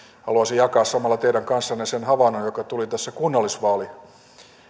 haluaisin jakaa samalla teidän kanssanne sen havainnon joka tuli kunnallisvaalitilanteessa